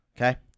okay